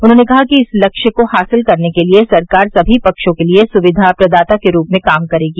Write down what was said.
उन्होंने कहा कि इस लक्ष्य को हासिल करने के लिए सरकार समी पक्षों के लिए सुविधा प्रदाता के रूप में काम करेगी